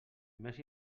més